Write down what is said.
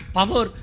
power